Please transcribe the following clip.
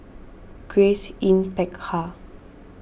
Grace Yin Peck Ha